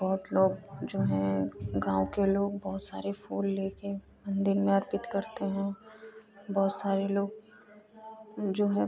बहुत लोग जो हैं घर गाँव के लोग बहुत सारे फूल ले कर मंदिर में अर्पित करते हैं बहुत सारे लोग जो हैं